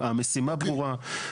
המשימה ברורה,